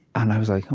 and i was like, oh,